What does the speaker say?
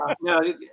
no